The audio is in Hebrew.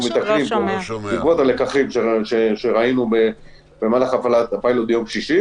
מה שראינו בעקבות הפעלת הפיילוט ביום שישי